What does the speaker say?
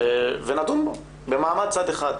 ונדון בו במעמד צד אחד.